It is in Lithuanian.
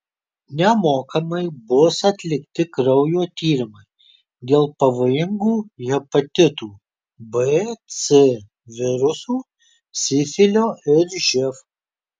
nemokamai bus atlikti kraujo tyrimai dėl pavojingų hepatitų b c virusų sifilio ir živ